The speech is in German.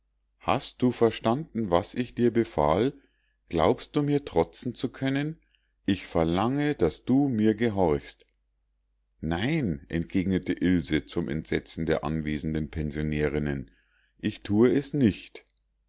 hast du verstanden was ich dir befahl glaubst du mir trotzen zu können ich verlange daß du mir gehorchst nein entgegnete ilse zum entsetzen der anwesenden pensionärinnen ich thue es nicht